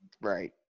Right